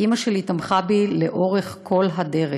אימא שלי תמכה בי לאורך כל הדרך.